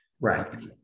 Right